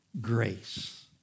grace